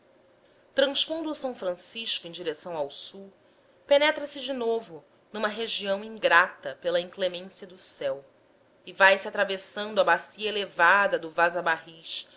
transpondo o s francisco em direção ao sul penetra se de novo numa região ingrata pela inclemência do céu e vai-se atravessando a bacia elevada do vaza barris antes